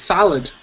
Solid